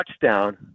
touchdown